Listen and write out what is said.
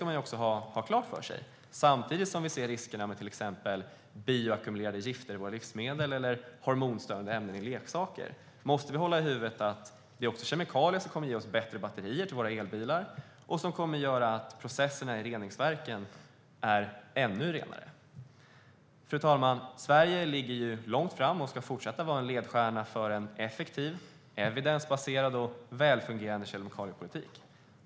Man ska ha klart för sig att samtidigt som vi ser riskerna med till exempel bioackumulerade gifter i våra livsmedel eller hormonstörande ämnen i leksaker måste vi hålla i huvudet att det är just kemikalier som kommer att ge oss bättre batterier till våra elbilar och som kommer att göra att processerna i reningsverken blir ännu bättre. Fru talman! Sverige ligger långt fram och ska fortsätta att vara en ledstjärna för en effektiv, evidensbaserad och välfungerande kemikaliepolitik.